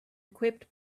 equipped